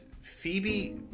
Phoebe